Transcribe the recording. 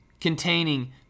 containing